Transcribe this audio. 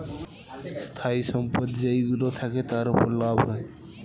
স্থায়ী সম্পদ যেইগুলো থাকে, তার উপর লাভ হয়